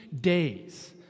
days